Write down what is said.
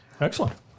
Excellent